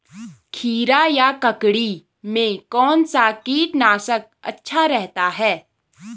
खीरा या ककड़ी में कौन सा कीटनाशक अच्छा रहता है?